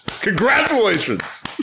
Congratulations